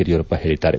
ಯದಿಯೂರಪ್ಪ ಹೇಳಿದ್ದಾರೆ